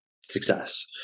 success